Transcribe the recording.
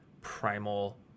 primal